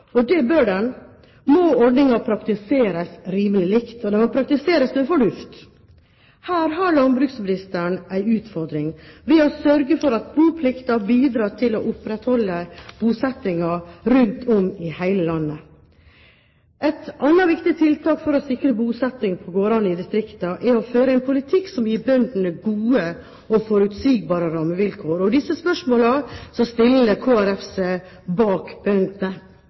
og det bør den – må ordningen praktiseres rimelig likt, og den må praktiseres med fornuft. Her har landbruksministeren en utfordring ved å sørge for at boplikten bidrar til å opprettholde bosettingen rundt om i hele landet. Et annet viktig tiltak for å sikre bosetting på gårdene i distriktene er å føre en politikk som gir bøndene gode og forutsigbare rammevilkår. I disse spørsmålene stiller Kristelig Folkeparti seg bak